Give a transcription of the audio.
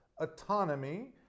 autonomy